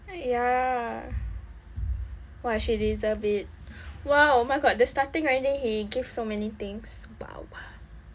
ya !wah! she deserve it !wow! oh my god the starting already he give so many things !wow!